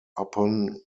upon